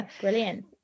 Brilliant